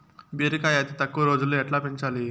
బీరకాయ అతి తక్కువ రోజుల్లో ఎట్లా పెంచాలి?